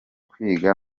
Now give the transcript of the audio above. kwiga